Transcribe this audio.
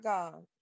God